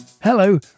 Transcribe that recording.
Hello